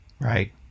Right